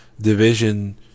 division